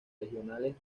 regionales